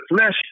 flesh